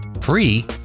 free